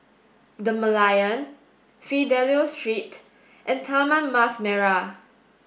the Merlion Fidelio Street and Taman Mas Merah